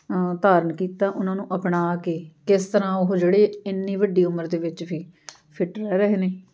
ਧਾਰਨ ਕੀਤਾ ਉਹਨਾਂ ਨੂੰ ਅਪਣਾ ਕੇ ਕਿਸ ਤਰ੍ਹਾਂ ਉਹ ਜਿਹੜੇ ਇੰਨੀ ਵੱਡੀ ਉਮਰ ਦੇ ਵਿੱਚ ਵੀ ਫਿੱਟ ਰਹਿ ਰਹੇ ਨੇ